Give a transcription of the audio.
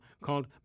called